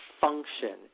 function